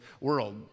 world